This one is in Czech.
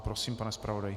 Prosím, pane zpravodaji.